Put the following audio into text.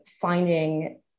finding